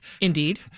Indeed